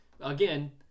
again